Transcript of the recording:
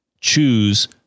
choose